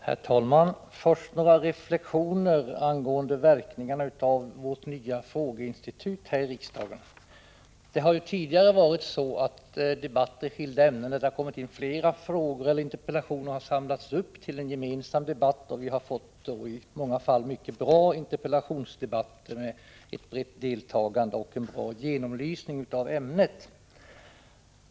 Herr talman! Först vill jag göra några reflexioner angående verkningarna av vårt nya frågeinstitut här i riksdagen. Tidigare har det varit så att flera frågor eller interpellationer i samma ämne har samlats ihop i ett svar till en gemensam debatt, och vi har i många fall fått mycket bra interpellationsdebatter med ett brett deltagande och en bra genomlysning av ämnet.